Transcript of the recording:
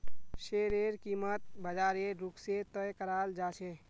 शेयरेर कीमत बाजारेर रुख से तय कराल जा छे